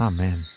Amen